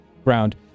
ground